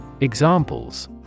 Examples